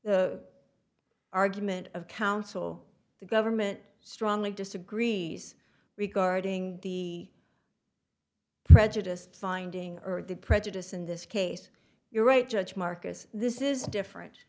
the argument of counsel the government strongly disagrees regarding the prejudiced finding or the prejudice in this case you're right judge marcus this is different